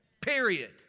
period